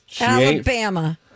Alabama